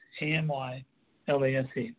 A-M-Y-L-A-S-E